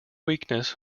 weakness